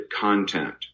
content